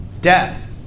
Death